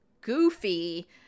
goofy